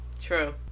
True